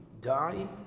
die